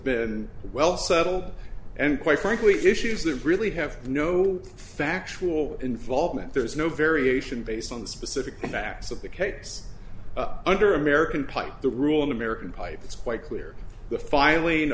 been well settled and quite frankly issues that really have no factual involvement there is no variation based on the specific facts of the case under american plate the rule in american pipe it's quite clear the filing